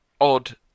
odd